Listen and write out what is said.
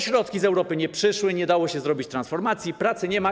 Środki z Europy nie przyszły, nie dało się zrobić transportacji, pracy nie ma.